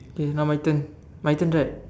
okay now my turn my turn right